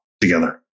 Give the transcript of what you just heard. together